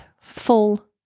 full